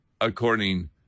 according